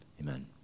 Amen